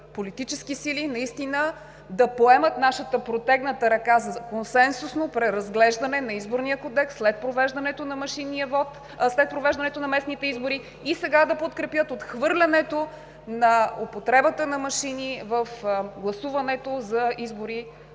политически сили наистина да поемат нашата протегната ръка за консенсусно преразглеждане на Изборния кодекс след провеждането на местните избори и сега да подкрепят отхвърлянето на употребата на машини в гласуването за избори